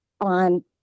on